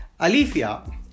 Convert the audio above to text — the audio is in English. Alifia